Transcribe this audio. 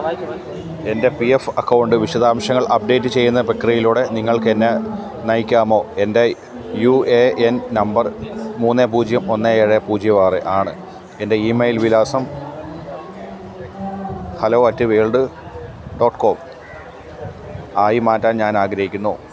എൻ്റെ P F account വിശദാംശങ്ങൾ update ചെയ്യുന്ന പ്രക്രിയയിലൂടെ നിങ്ങൾക്ക് എന്നെ നയിക്കാമോ എൻ്റെ യു എ എൻ നമ്പർ മൂന്ന് പൂജ്യം ഒന്ന് ഏഴ് പൂജ്യം ആറ് ആണ് എൻ്റെ ഇമെയിൽ വിലാസം hello at world dot com ആയി മാറ്റാൻ ഞാൻ ആഗ്രഹിക്കുന്നു